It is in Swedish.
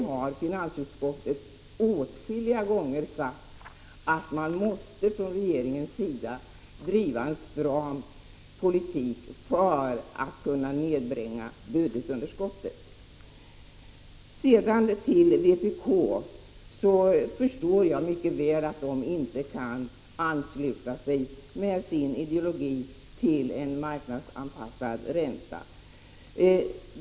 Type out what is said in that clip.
Men finansutskottet har anfört åtskilliga gånger att regeringen måste driva en stram ekonomisk politik för att vi skall kunna nedbringa budgetunderskottet. Sedan förstår jag mycket väl att vpk med sin ideologi inte kan vara med om en marknadsanpassad ränta.